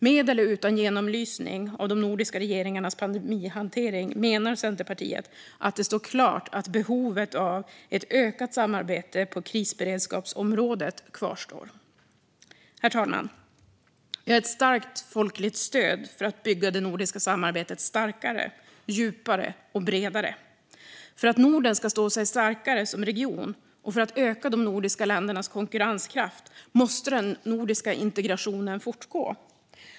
Med eller utan genomlysning av de nordiska regeringarnas pandemihantering menar Centerpartiet att det står klart att behovet av ökat samarbete på krisberedskapsområdet kvarstår. Herr talman! Vi har ett starkt folkligt stöd för att bygga det nordiska samarbetet starkare, djupare och bredare. För att Norden ska stå sig starkare som region och för att öka de nordiska ländernas konkurrenskraft måste den nordiska integrationen fortgå.